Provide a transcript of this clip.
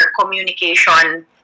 communication